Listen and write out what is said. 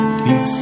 keep